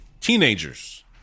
teenagers